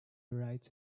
writes